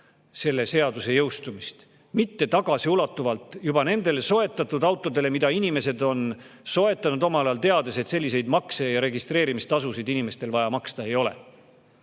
selle seaduse jõustumist, mitte tagasiulatuvalt, juba soetatud autodele, mille inimesed on omal ajal soetanud, teades, et selliseid makse ja registreerimistasusid neil vaja maksta ei ole.